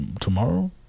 tomorrow